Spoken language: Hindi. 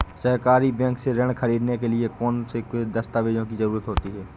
सहकारी बैंक से ऋण ख़रीदने के लिए कौन कौन से दस्तावेजों की ज़रुरत होती है?